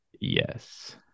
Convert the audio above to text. Yes